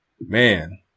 man